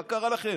מה קרה לכם?